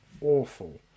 awful